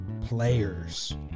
players